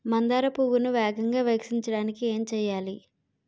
మందార పువ్వును వేగంగా వికసించడానికి ఏం చేయాలి?